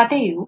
ಕಥೆಯು